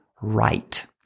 right